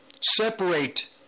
separate